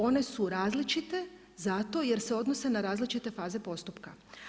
One su različite zato jer se odnose na različite faze postupka.